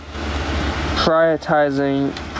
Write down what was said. prioritizing